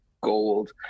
gold